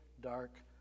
dark